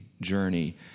journey